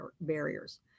barriers